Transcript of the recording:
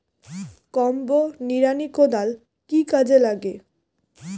Combo নিড়ানি কোদাল কি কাজে লাগে?